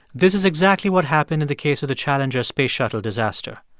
this is exactly what happened in the case of the challenger space shuttle disaster.